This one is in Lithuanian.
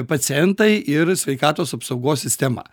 pacientai ir sveikatos apsaugos sistema